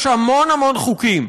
יש המון המון חוקים.